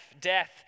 death